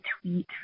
tweet